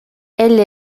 elle